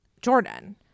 jordan